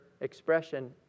expression